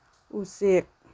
ꯎꯆꯦꯛ